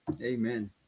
Amen